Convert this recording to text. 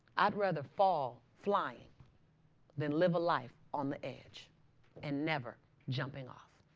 i'd rather fall flying than live a life on the edge and never jumping off.